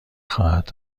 خواد